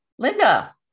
Linda